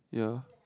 ya